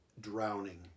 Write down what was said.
drowning